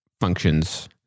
functions